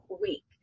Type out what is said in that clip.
week